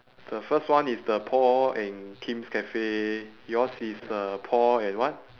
the first one is the paul and kim's cafe yours is uh paul and what